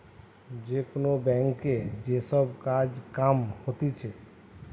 যে কোন ব্যাংকে যে সব কাজ কাম হতিছে